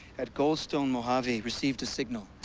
at. atoldstone, mojave, received a snal.